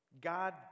God